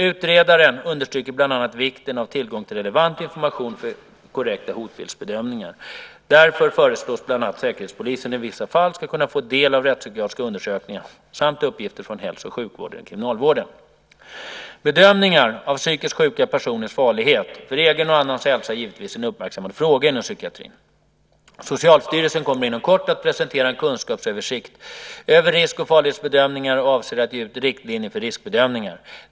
Utredaren understryker bland annat vikten av tillgång till relevant information för korrekta hotbildsbedömningar. Därför föreslås bland annat att Säkerhetspolisen i vissa fall ska kunna få del av rättspsykiatriska undersökningar samt uppgifter från hälso och sjukvården och kriminalvården. Bedömningar av psykiskt sjuka personers farlighet för egen och annans hälsa är givetvis en uppmärksammad fråga inom psykiatrin. Socialstyrelsen kommer inom kort att presentera en kunskapsöversikt över risk och farlighetsbedömningar och avser att ge ut riktlinjer för riskbedömningar.